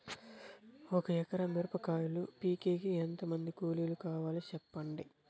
ఒక ఎకరా మిరప కాయలు పీకేకి ఎంత మంది కూలీలు కావాలి? సెప్పండి?